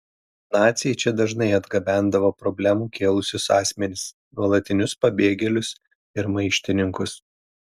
naciai čia dažnai atgabendavo problemų kėlusius asmenis nuolatinius pabėgėlius ir maištininkus